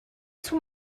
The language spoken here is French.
sous